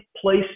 place